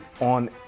on